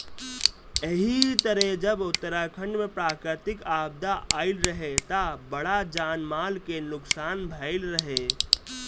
एही तरे जब उत्तराखंड में प्राकृतिक आपदा आईल रहे त बड़ा जान माल के नुकसान भईल रहे